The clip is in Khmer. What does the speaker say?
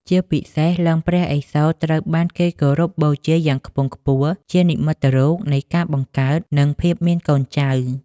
ជាពិសេស លិង្គព្រះឥសូរត្រូវបានគេគោរពបូជាយ៉ាងខ្ពង់ខ្ពស់ជានិមិត្តរូបនៃការបង្កើត និងភាពមានកូនចៅ។